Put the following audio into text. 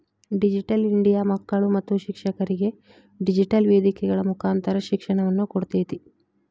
digital India ಮಕ್ಕಳು ಮತ್ತು ಶಿಕ್ಷಕರಿಗೆ ಡಿಜಿಟೆಲ್ ವೇದಿಕೆಗಳ ಮುಕಾಂತರ ಶಿಕ್ಷಣವನ್ನ ಕೊಡ್ತೇತಿ